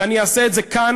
ואני אעשה את זה כאן,